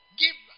give